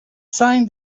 sign